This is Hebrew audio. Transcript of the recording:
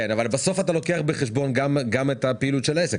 בסוף אתה לוקח בחשבון גם את הפעילות של העסק,